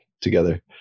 together